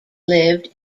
lived